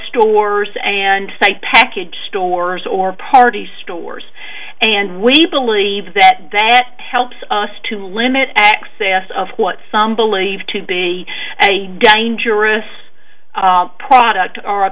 stores and package stores or party stores and we believe that that helps us to limit excess of what some believe to be a dangerous product or a